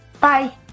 Bye